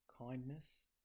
kindness